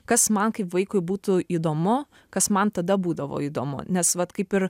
kas man kaip vaikui būtų įdomu kas man tada būdavo įdomu nes vat kaip ir